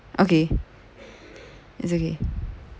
okay it's okay